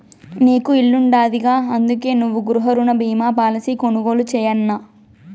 నీకు ఇల్లుండాదిగా, అందుకే నువ్వు గృహరుణ బీమా పాలసీ కొనుగోలు చేయన్నా